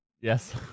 Yes